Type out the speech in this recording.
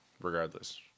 Regardless